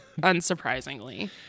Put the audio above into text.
Unsurprisingly